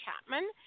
Chapman